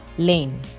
lane